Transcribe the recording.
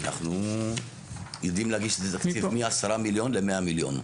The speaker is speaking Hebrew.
אנחנו יודעים להגיש את התקציב מ-10 מיליון ל-100 מיליון.